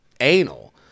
anal